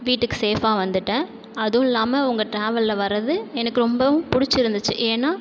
வீட்டுக்கு சேஃப்பாக வந்துட்டேன் அதுவும் இல்லாமல் உங்கள் டிராவல்ஸில் வரது எனக்கு ரொம்பவும் பிடிச்சிருந்துச்சி ஏன்னால்